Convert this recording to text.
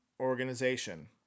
Organization